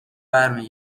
برمی